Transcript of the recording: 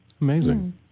Amazing